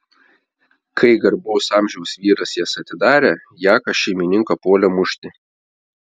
kai garbaus amžiaus vyras jas atidarė jakas šeimininką puolė mušti